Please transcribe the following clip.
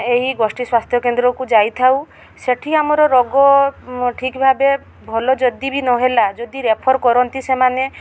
ଏହି ଗୋଷ୍ଠୀ ସ୍ୱାସ୍ଥ୍ୟକେନ୍ଦ୍ରକୁ ଯାଇଥାଉ ସେଇଠି ଆମର ରୋଗ ଠିକ୍ ଭାବେ ଭଲ ଯଦି ବି ନହେଲା ଯଦି ରେଫର୍ କରନ୍ତି ସେମାନେ